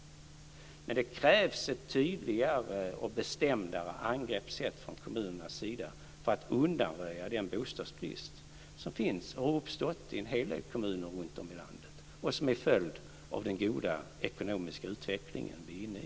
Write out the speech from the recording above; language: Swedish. Men det krävs ett tydligare och bestämdare angrepssätt från kommunernas sida för att undanröja den bostadsbrist som finns och som har uppstått i en hel del kommuner runt om i landet och som är en följd av den goda ekonomiska utveckling som vi är inne i.